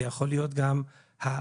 זה יכול להיות גם האחים,